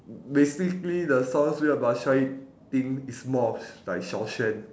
basically the sounds weird but try it thing is more of like xiao-xuan